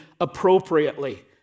appropriately